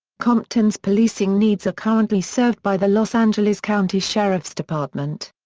compton's policing needs are currently served by the los angeles county sheriff's department.